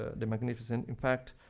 ah the magnificent. in fact,